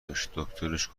داشت، دکترش